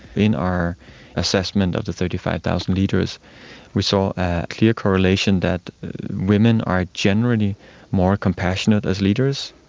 in our assessment of the thirty five thousand leaders we saw a clear correlation that women are generally more compassionate as leaders.